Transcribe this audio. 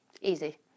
Easy